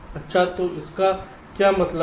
अच्छा तो इसका क्या मतलब है